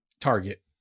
target